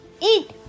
Eat